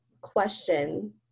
question